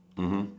mmhmm